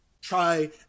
try